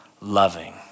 loving